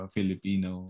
Filipino